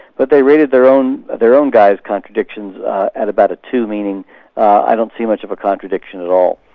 but they rated their own their own guy's contradictions at about a two, meaning i don't see much of a contradiction at all.